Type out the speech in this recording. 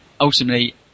ultimately